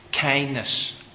Kindness